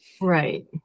Right